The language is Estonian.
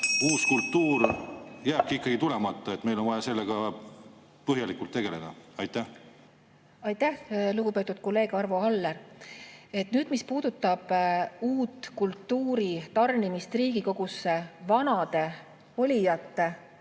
kella.) jääbki ikkagi tulemata, et meil on vaja sellega põhjalikult tegeleda? Aitäh, lugupeetud kolleeg Arvo Aller! Mis puudutab uue kultuuri tarnimist Riigikogusse vanade olijate,